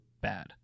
bad